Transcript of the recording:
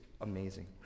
amazing